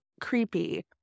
creepy